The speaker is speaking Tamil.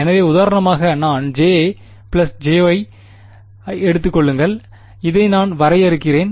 எனவே உதாரணமாக நான் J jY ஐ எடுத்துக் கொள்ளுங்கள் இதை நான் வரையறுக்கிறேன்